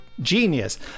Genius